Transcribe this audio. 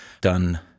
done